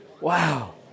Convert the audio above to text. Wow